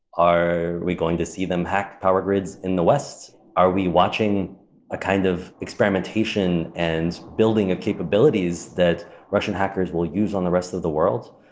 are we going to see them hack power grids in the west? are we watching a kind of experimentation and building of capabilities that russian hackers will use on the rest of the world?